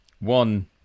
One